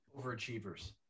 Overachievers